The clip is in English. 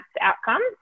outcomes